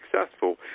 successful